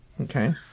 okay